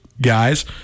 guys